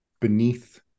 beneath